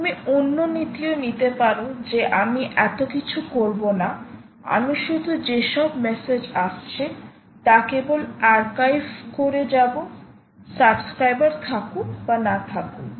তুমি অন্য নীতি ও নিতে পারো যে আমি এত কিছু করব না আমি শুধু যেসব মেসেজ আসছে তা কেবল আর্কাইভ করে যাব সাবস্ক্রাইবার থাকুক বা না থাকুক